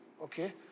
okay